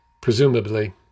presumably